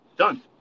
done